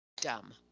dumb